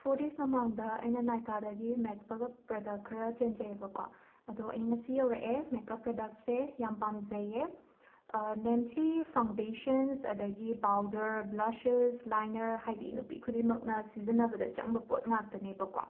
four ꯗꯦꯁ ꯃꯃꯥꯡꯗ ꯑꯩꯅ ꯅꯥꯏꯀꯥꯗꯒꯤ ꯃꯦꯛꯄꯒꯞ ꯄ꯭ꯔꯗꯛ ꯈꯔ ꯆꯦꯟꯖꯩꯕꯀꯣ ꯑꯗꯣ ꯑꯩ ꯉꯁꯤ ꯌꯧꯔꯛꯑꯦ ꯃꯦꯀꯞ ꯄꯔꯗꯛꯁꯦ ꯌꯥꯝ ꯄꯥꯝꯖꯩꯌꯦ ꯅꯦꯝꯂꯤ ꯐꯥꯎꯟꯗꯦꯁꯟꯁ ꯑꯗꯒꯤ ꯄꯥꯎꯗꯔ ꯕ꯭ꯂꯁꯦꯁ ꯂꯥꯏꯅꯔ ꯍꯥꯏꯗꯤ ꯅꯨꯄꯤ ꯈꯨꯗꯤꯡꯃꯛꯅ ꯁꯤꯖꯤꯟꯅꯕꯗ ꯆꯪꯕ ꯄꯣꯠ ꯉꯥꯛꯇꯅꯦꯕꯀꯣ